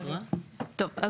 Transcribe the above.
טוב,